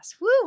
Woo